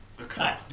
Okay